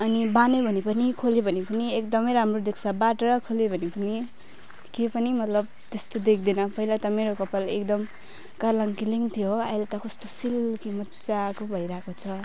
अनि बान्यो भने पनि खोल्यो भने पनि एकदम राम्रो देख्छ बाटेर खोल्यो भने पनि केही पनि मतलब त्यस्तो देख्दैन पहिला त मेरो कपाल एकदम कार्लाङ किर्लिङ थियो हो अहिले त कस्तो सिल्की मजाको भइरहेको छ